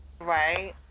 Right